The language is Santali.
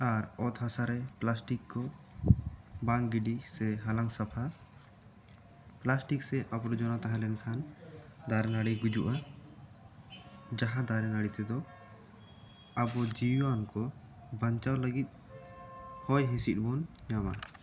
ᱟᱨ ᱚᱛ ᱦᱟᱥᱟ ᱨᱮ ᱯᱟᱞᱟᱥᱴᱤᱠ ᱠᱚ ᱵᱟᱝ ᱜᱤᱰᱤ ᱥᱮ ᱦᱟᱞᱟᱝ ᱥᱟᱯᱷᱟ ᱯᱟᱞᱟᱥᱴᱤᱠ ᱥᱮ ᱟᱵᱚᱨᱡᱚᱱᱟ ᱛᱟᱦᱮᱸᱞᱮᱱ ᱠᱷᱟᱱ ᱫᱟᱨᱮ ᱱᱟᱹᱲᱤ ᱜᱩᱡᱩᱜ ᱟ ᱡᱟᱦᱟᱸ ᱫᱟᱨᱮ ᱱᱟᱹᱲᱤ ᱛᱮ ᱫᱚ ᱟᱵᱚ ᱡᱤᱣᱤᱣᱟᱱ ᱠᱚ ᱵᱟᱧᱪᱟᱣ ᱞᱟᱹᱜᱤᱫ ᱦᱚᱭ ᱦᱤᱥᱤᱫ ᱵᱚᱱ ᱧᱟᱢᱟ